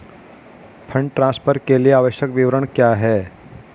Fund transfer के लिए आवश्यक विवरण क्या हैं?